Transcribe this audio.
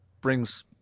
brings